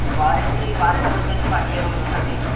warranty warranty వచ్చి one year ఉంటుంది అండి